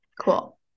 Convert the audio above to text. Cool